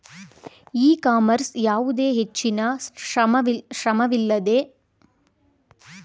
E commerce ಯಾವುದೇ ಹೆಚ್ಚಿನ ಶ್ರಮವಿಲ್ಲದೆ ಕುಳಿತ ಜಾಗದಲ್ಲೇ ವ್ಯಾಪಾರ ವಹಿವಾಟು ಮಾಡುವ ಡಿಜಿಟಲ್ ಮಾಧ್ಯಮವಾಗಿದೆ